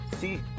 see